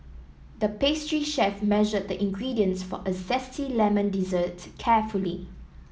the pastry chef measured the ingredients for a zesty lemon dessert carefully